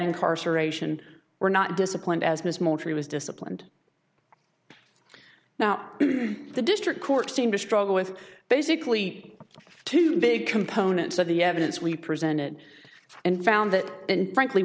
incarceration were not disciplined as miss moultrie was disciplined now the district court seemed to struggle with basically two big components of the evidence we presented and found that frankly